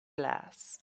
glass